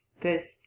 First